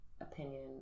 opinion